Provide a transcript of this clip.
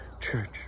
church